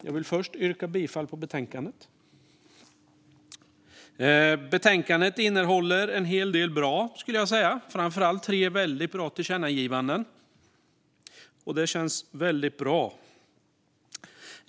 Jag vill först yrka bifall till förslaget i betänkandet. Betänkandet innehåller en hel del bra saker, framför allt tre väldigt bra förslag till tillkännagivanden.